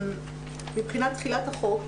מבחינת תחילת החוק,